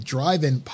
Drive-In